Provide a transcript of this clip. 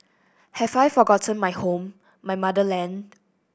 have I forgotten my home my motherland